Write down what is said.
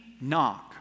knock